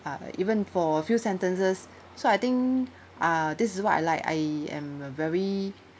uh even for a few sentences so I think uh this is what I like I am a very